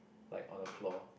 like on the floor